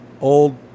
old